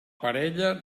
parella